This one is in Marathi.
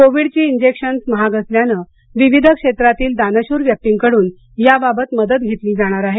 कोविडची जैक्शन महाग असल्यानं विविध क्षेत्रातील दानशूर व्यक्तींकडून याबाबत मदत घेतली जाणार आहे